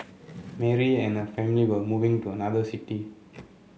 Mary and her family were moving to another city